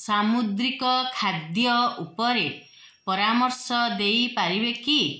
ସାମୁଦ୍ରିକ ଖାଦ୍ୟ ଉପରେ ପରାମର୍ଶ ଦେଇପାରିବେ କି